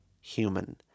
human